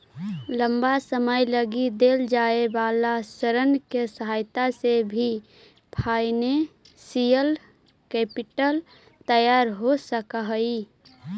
लंबा समय लगी देल जाए वाला ऋण के सहायता से भी फाइनेंशियल कैपिटल तैयार हो सकऽ हई